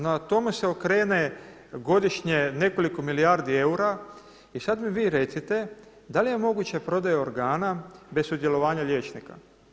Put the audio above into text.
Na tome se okrene godišnje nekoliko milijardi eura i sada mi vi recite da li je moguće prodaja organa bez sudjelovanja liječnika?